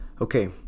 Okay